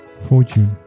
fortune